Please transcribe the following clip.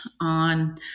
on